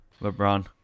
LeBron